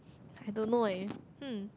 I don't know leh hmm